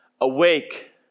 Awake